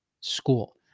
school